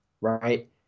right